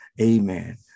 Amen